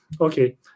Okay